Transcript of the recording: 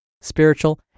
spiritual